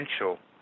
potential